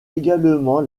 également